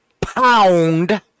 Pound